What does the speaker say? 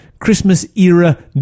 Christmas-era